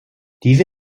diese